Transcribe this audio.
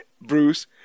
Bruce